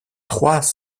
trois